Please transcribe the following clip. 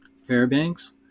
fairbanks